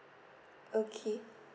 okay